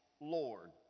Lord